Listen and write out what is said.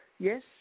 Yes